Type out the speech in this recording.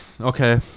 okay